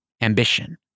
Ambition